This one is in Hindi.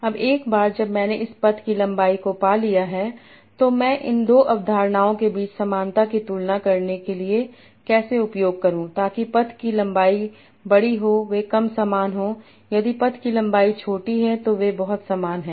अब एक बार जब मैंने इस पथ की लंबाई को पा लिया है तो मैं इन दो अवधारणाओं के बीच समानता की तुलना करने के लिए कैसे उपयोग करूं ताकि पथ की लंबाई बड़ी हो वे कम समान हों यदि पथ की लंबाई छोटी है तो वे बहुत समान हैं